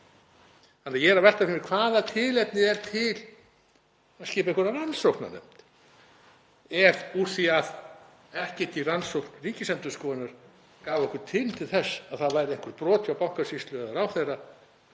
þannig að ég er að velta fyrir mér hvaða tilefni sé til að skipa einhverja rannsóknarnefnd úr því að ekkert í rannsókn Ríkisendurskoðunar gaf okkur tilefni til þess að það væru einhver brot hjá Bankasýslu eða ráðherra